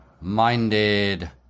minded